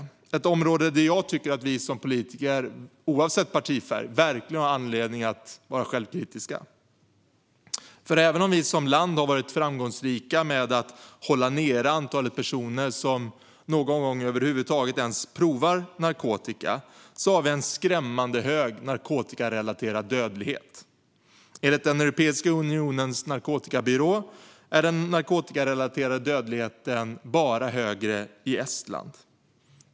Det är ett område där jag tycker att vi som politiker, oavsett partifärg, verkligen har anledning att vara självkritiska. Även om Sverige som land har varit framgångsrikt med att hålla nere antalet personer som någon gång över huvud taget ens har provat narkotika har vi en skrämmande hög narkotikarelaterad dödlighet. Enligt Europeiska unionens narkotikabyrå är det i EU bara Estland som har högre narkotikarelaterad dödlighet än Sverige.